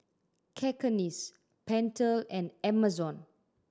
Cakenis Pentel and Amazon